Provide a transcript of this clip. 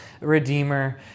redeemer